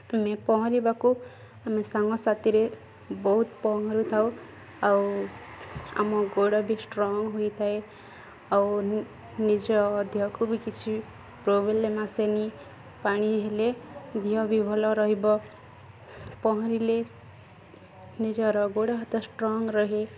ଆମେ ପହଁରିବାକୁ ଆମେ ସାଙ୍ଗସାଥିରେ ବହୁତ ପହଁରୁଥାଉ ଆଉ ଆମ ଗୋଡ଼ ବି ଷ୍ଟ୍ରଙ୍ଗ୍ ହୋଇଥାଏ ଆଉ ନିଜ ଦେହକୁ ବି କିଛି ପ୍ରୋବ୍ଲେମ୍ ଆସେନି ପାଣି ହେଲେ ଦେହ ବି ଭଲ ରହିବ ପହଁରିଲେ ନିଜର ଗୋଡ଼ ହାତ ଷ୍ଟ୍ରଙ୍ଗ୍ ରୁହେ